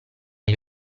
gli